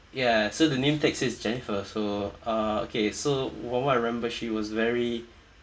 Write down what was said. ya so the name tag says jennifer so uh okay so from what I remember she was very